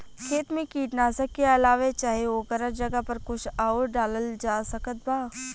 खेत मे कीटनाशक के अलावे चाहे ओकरा जगह पर कुछ आउर डालल जा सकत बा?